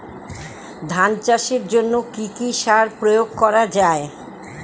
ধান চাষের জন্য কি কি সার প্রয়োগ করা য়ায়?